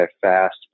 fast